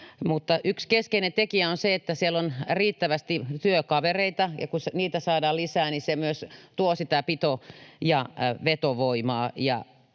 yksi keskeinen tekijä on se, että siellä on riittävästi työkavereita, ja kun niitä saadaan lisää, niin se myös tuo sitä pito- ja vetovoimaa.